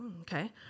okay